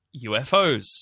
UFOs